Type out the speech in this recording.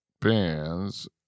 bands